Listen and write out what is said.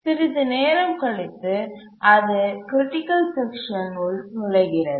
சிறிது நேரம் கழித்து அது க்ரிட்டிக்கல் செக்ஷன் உள் நுழைகிறது